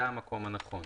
זה המקום הנכון.